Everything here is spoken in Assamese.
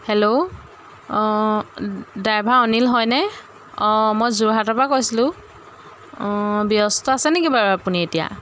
হেল্ল' অঁ ড্ৰাইভাৰ অনিল হয়নে অঁ মই যোৰহাটৰ পৰা কৈছিলোঁ ব্যস্ত আছে নেকি বাৰু আপুনি এতিয়া